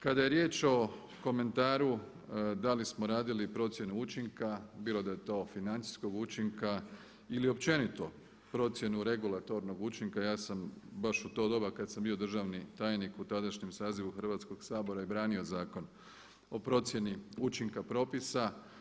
Kada je riječ o komentaru da li smo radili procjene učinka, bilo da je to financijskog učinka ili općenito procjenu regulatornog učinka ja sam baš u to doba kada sam bio državni tajnik u tadašnjem sazivu Hrvatskoga sabora i branio Zakon o procjeni učinka propisa.